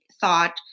thought